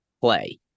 play